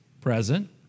present